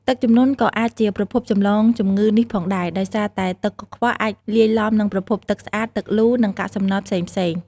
ទឹកជំនន់ក៏អាចជាប្រភពចម្លងជំងឺនេះផងដែរ ដោយសារតែទឹកកខ្វក់អាចលាយឡំនឹងប្រភពទឹកស្អាត ទឹកលូ និងកាកសំណល់ផ្សេងៗ